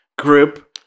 group